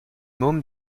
môme